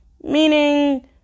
Meaning